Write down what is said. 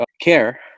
care